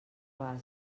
base